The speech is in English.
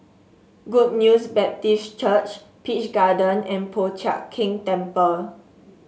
Good News Baptist Church Peach Garden and Po Chiak Keng Temple